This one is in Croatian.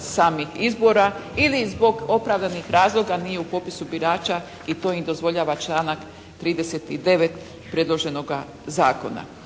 samih izbora ili zbog opravdanih razloga nije u popisu birača i to im dozvoljava članak 39. predloženoga zakona.